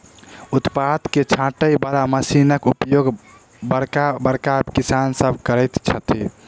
उत्पाद के छाँटय बला मशीनक उपयोग बड़का बड़का किसान सभ करैत छथि